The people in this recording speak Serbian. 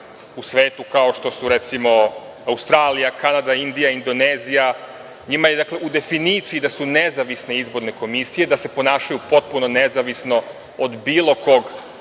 u svetu, kao što su, recimo, Australija, Kanada, Indija, Indonezija, njima je u definiciji da su nezavisne izborne komisije, da se ponašaju potpuno nezavisno od bilo kog